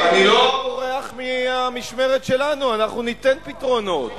אני לא בורח מהמשמרת שלנו, אנחנו ניתן פתרונות.